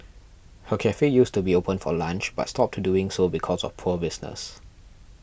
her cafe used to be open for lunch but stopped to doing so because of poor business